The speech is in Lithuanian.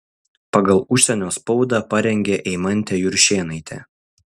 pagal užsienio spaudą parengė eimantė juršėnaitė